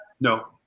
No